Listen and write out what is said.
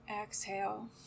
Exhale